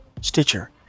Stitcher